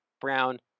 Brown